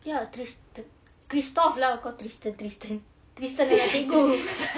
ya tris~ kristoff lah kau tristan tristan tristan lah